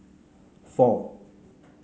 four